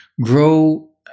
grow